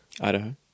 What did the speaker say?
Idaho